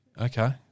Okay